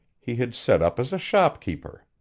he had set up as a shopkeeper.